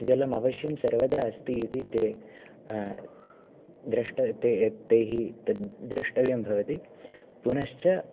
जलम् अवश्यं सर्वदा अस्ति इति ते द्रष्ट ते तैः तद् द्रष्टव्यं भवति पुनश्च